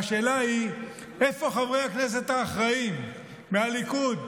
השאלה היא איפה חברי הכנסת האחראיים, מהליכוד,